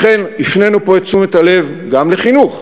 לכן הפנינו פה את תשומת הלב גם לחינוך.